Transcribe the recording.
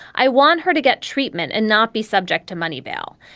i want her to get treatment and not be subject to money bail.